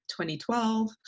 2012